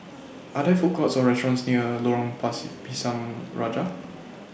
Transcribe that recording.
Are There Food Courts Or restaurants near Lorong Pisang Raja